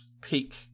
Peak